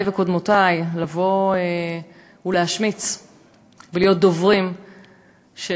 וקודמותי לבוא ולהשמיץ ולהיות דוברים של